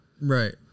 Right